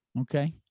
Okay